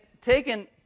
taken